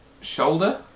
Shoulder